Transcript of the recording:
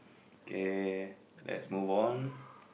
okay let's move on